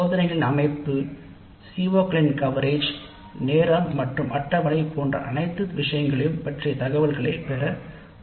அனைத்து சிக்கல்களையும் பற்றிய தரவைப் பிரித்தெடுக்க 3 4 கேள்விகளைக் கேட்கலாம்